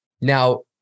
Now